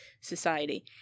society